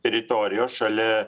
teritorijos šalia